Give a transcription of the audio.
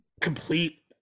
complete